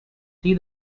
see